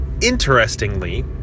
interestingly